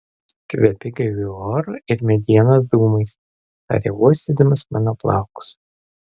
kvepi gaiviu oru ir medienos dūmais tarė uostydamas mano plaukus